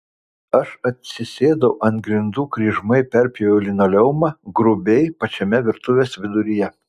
aš atsisėdau ant grindų kryžmai perpjoviau linoleumą grubiai pačiame virtuvės viduryje